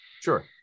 Sure